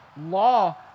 law